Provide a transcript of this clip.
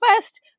first